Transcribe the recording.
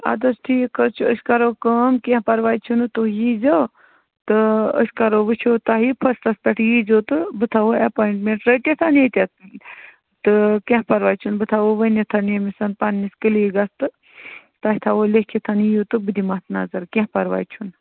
اَدٕ حظ ٹھیٖک حظ چھُ أسۍ کَرو کٲم کیٚںٛہہ پَرواے چھُنہٕ تُہۍ ییٖزیو تہٕ أسۍ کَرو وٕچھو تۄہہِ فٔسٹَس پٮ۪ٹھ ییٖزیو تہٕ بہٕ تھاوو اٮ۪پایِنٛٹمٮ۪نٛٹ رٔٹِتھ ییٚتٮ۪تھ تہٕ کیٚںٛہہ پَرواے چھُنہٕ بہٕ تھاوو ؤنِتھ ییٚمِس پنٛنِس کِلیٖگَس تہٕ تۄہہِ تھاوو لیٚکھِتھ یِیِو تہٕ بہٕ دِمہٕ اَتھ نظر کیٚنٛہہ پَرواے چھُنہٕ